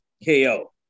KO